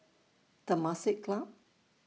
Temasek Club